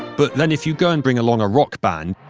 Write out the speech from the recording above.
but, then if you go and bring along a rock band,